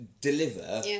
deliver